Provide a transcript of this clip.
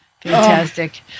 Fantastic